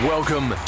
Welcome